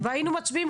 והיינו מצביעים,